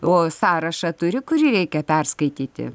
o sąrašą turi kurį reikia perskaityti